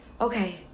okay